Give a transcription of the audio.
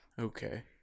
Okay